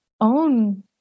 own